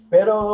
Pero